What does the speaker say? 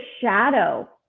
shadow